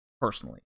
personally